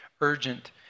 urgent